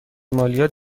مالیات